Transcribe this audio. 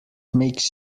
makes